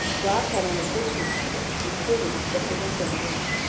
brock had only fifteen hundred, including the provincial marine.